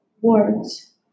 Words